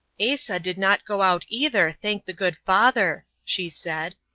asa did not go out either, thank the good father! she said.